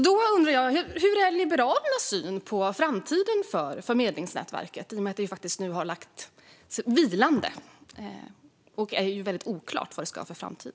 Då undrar jag: Vilken är Liberalernas syn på framtiden för medlingsnätverket, i och med att det nu har lagts vilande och det är väldigt oklart vad det ska få för framtid?